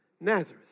Nazareth